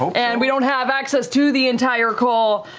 so and we don't have access to the entire call,